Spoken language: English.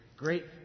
Great